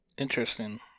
Interesting